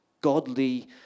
godly